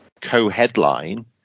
co-headline